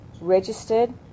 registered